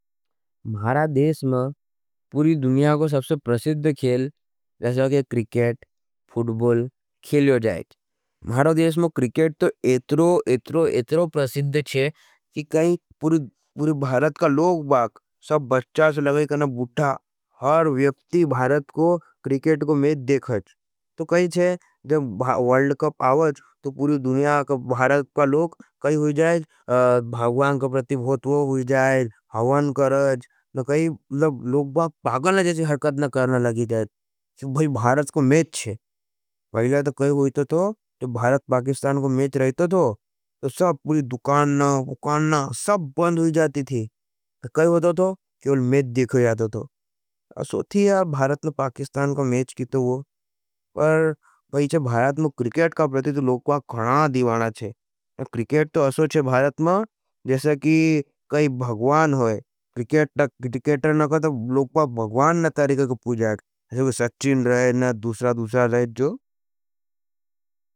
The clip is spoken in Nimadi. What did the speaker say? मारा देश में पूरी दुनिया को सबसे प्रसिद्ध खेल जासा के क्रिकेट, फूटबोल खेल हो जाएगे। मारा देश में क्रिकेट तो एतरो एतरो एतरो प्रसिद्ध हज। कि कहीं पूरी भारत का लोग बाग सब बच्चा से लगई केना बुठा हर व्यक्ति भारत को क्रिकेट को मेच देख जाएगे। तो कहीं जब वर्ल्ड कप आ जाएगे तो पूरी दुनिया का भारत का लोग कहीं हो जाएगे। भागवान का प्रतिभोतवो हो जाएगे हवन कर जाएगे। तो लोगवान पागल जैसे हरकत ना करना लगी जाएगे भारत को मेच हज। पहले तो कहीं होईतो थो। जब भारत पाकिस्तान को मेच रहतो थो। तो सब पूरी दुकान ना उकान ना सब बंद होई जाती थी तो कहीं होतो थो क्योंल मेच देखो जातो थो। असो थी भारत ना पाकिस्तान को मेच की थो। वो पर भारत में क्रिकेट का प्रती तो लोगवान खणा दिवाना हज। क्रिकेट तो असो हज भारत में जैसे की काई भगवान होई क्रिकेट का प्रती तो लोगवान खणा दिवाना हज। सचीन रहे ना दूसरा दूसरा रहे जो।